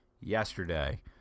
yesterday